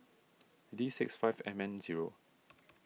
D six five M N zero